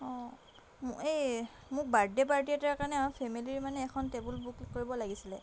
অঁ মোক এই মোক বাৰ্ডে পাৰ্টি এটাৰ কাৰণে ফেমিলিৰ মানে এখন টেবুল বুক কৰিব লাগিছিলে